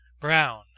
brown